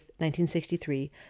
1963